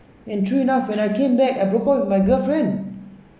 and true enough when I came back I broke up with my girlfriend